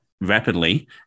rapidly